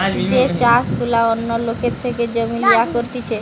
যে চাষ গুলা অন্য লোকের থেকে জমি লিয়ে করতিছে